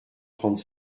trente